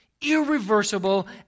irreversible